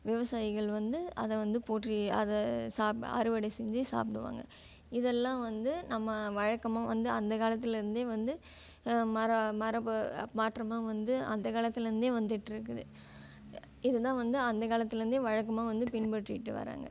விவசாயிகள் வந்து அதை வந்து போற்றி அதை அறுவடை செஞ்சு சாப்பிடுவாங்க இதெல்லாம் வந்து நம்ம வழக்கமாக வந்து அந்த காலத்தில் இருந்து வந்து மரபு மாற்றாமா வந்து அந்த காலத்துலேருந்தே வந்துட்டுருக்குது இதுதான் வந்து அந்த காலத்துலேருந்தே வழக்கமாக வந்து பின்பற்றிகிட்டு வர்றாங்க